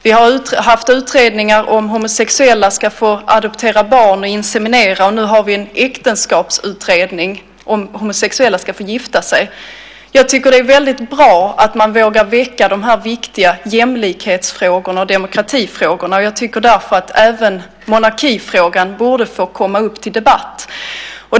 Vi har haft utredningar om huruvida homosexuella ska få adoptera barn och inseminera, och nu har vi en äktenskapsutredning om huruvida homosexuella ska få gifta sig. Jag tycker att det är mycket bra att man vågar väcka dessa viktiga jämlikhets och demokratifrågor. Jag tycker därför att även monarkifrågan borde kunna få debatteras.